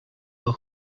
but